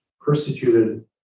persecuted